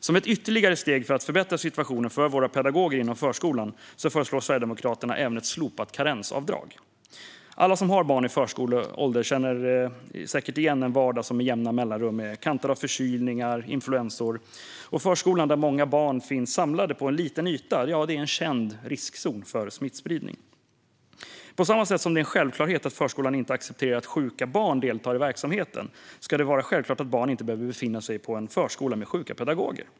Som ett ytterligare steg för att förbättra situationen för våra pedagoger inom förskolan föreslår Sverigedemokraterna även ett slopat karensavdrag. Alla som har barn i förskoleåldern känner säkert igen en vardag som med jämna mellanrum är kantad av förkylningar och influensor. Förskolan, där många barn finns samlade på liten yta, är en känd riskzon för smittspridning. På samma sätt som det är självklart att förskolan inte accepterar att sjuka barn deltar i verksamheten ska det vara självklart att barn inte behöver befinna sig på en förskola med sjuka pedagoger.